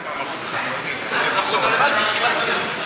בסדר.